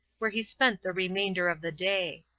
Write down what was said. where he spent the remainder of the day.